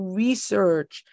research